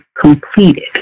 completed